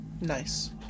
Nice